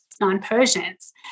non-Persians